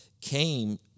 came